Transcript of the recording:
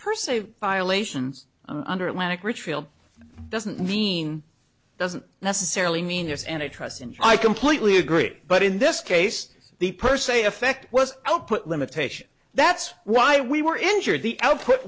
per se violations underlining doesn't mean doesn't necessarily mean yes and i trust and i completely agree but in this case the per se effect was output limitation that's why we were injured the output